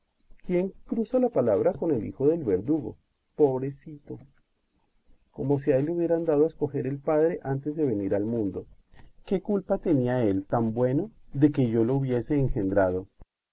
quién cruza la palabra con el hijo del verdugo pobrecito como si a él le hubieran dado a escoger el padre antes de venir al mundo qué culpa tenía él tan bueno de que yo le hubiese engendrado